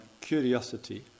curiosity